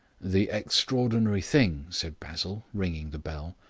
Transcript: the extraordinary thing, said basil, ringing the bell,